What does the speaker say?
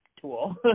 tool